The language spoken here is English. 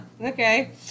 okay